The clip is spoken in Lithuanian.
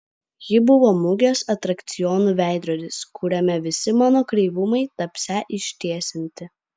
ji buvo mugės atrakcionų veidrodis kuriame visi mano kreivumai tapsią ištiesinti